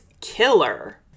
killer